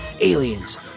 Aliens